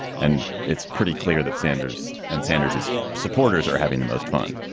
and it's pretty clear that sanders and sanders, his supporters are having the most fun.